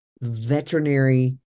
Veterinary